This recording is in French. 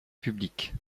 publique